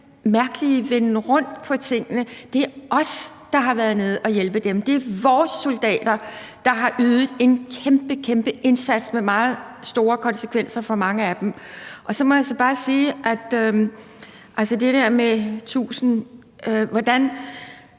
mærkelige venden rundt på tingene. Det er os, der har været nede at hjælpe dem. Det er vores soldater, der har ydet en kæmpe, kæmpe indsats med meget store konsekvenser for mange af dem. Og så må jeg altså bare i forhold til det